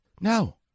No